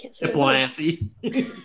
Diplomacy